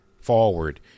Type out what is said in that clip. forward